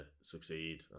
succeed